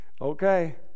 Okay